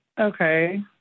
Okay